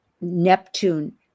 neptune